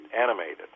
animated